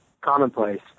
commonplace